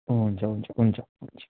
हुन्छ हुन्छ हुन्छ